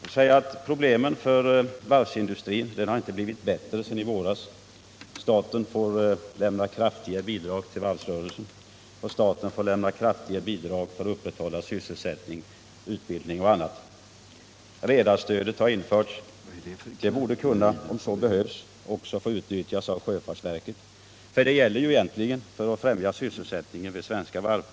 Problemen för varvsindustrin har inte blivit mindre sedan i våras. Staten får lämna kraftiga bidrag till varvsrörelsen och för upprätthållandet av sysselsättning, utbildning och annat. Redarstödet har införts, och det borde, om så behövs, också kunna få utnyttjas av sjöfartsverket, eftersom stödet egentligen tillkommit för att främja sysselsättningen vid svenska varv.